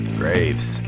graves